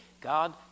God